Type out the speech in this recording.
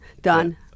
Done